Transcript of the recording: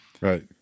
Right